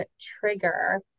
trigger